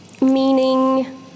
Meaning